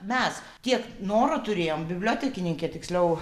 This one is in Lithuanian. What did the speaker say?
mes tiek noro turėjom bibliotekininkė tiksliau